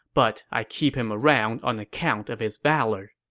but i keep him around on account of his valor.